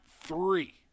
three